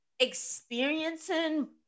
experiencing